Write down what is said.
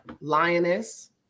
lioness